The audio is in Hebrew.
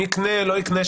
יקנה או לא יקנה,